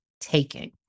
taking